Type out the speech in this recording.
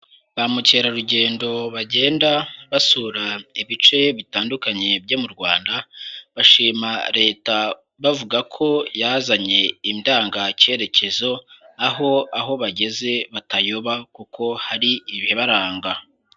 Ba mukerarugendo bagenda basura ibice bitandukanye byo mu Rwanda, bashima Leta bavuga ko yazanye indangacyerekezo aho aho bageze batayoba kuko hari ibibaranga.